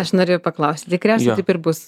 aš norėjau paklausti tikriausia taip ir bus